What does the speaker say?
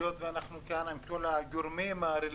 היות ואנחנו כאן עם כל הגורמים הרלוונטיים